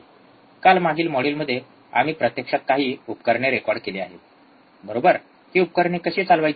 काल मागील मॉड्यूलमध्ये आम्ही प्रत्यक्षात काही उपकरणे रेकॉर्ड केले आहेत बरोबर ही उपकरणे कशी चालवायची